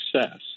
success